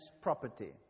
property